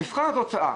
במבחן התוצאה,